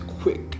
quick